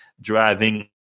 driving